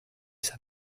san